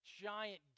giant